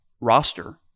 roster